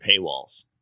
paywalls